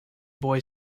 boy